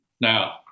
Now